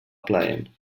plaent